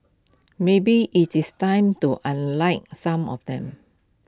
maybe IT is time to unlike some of them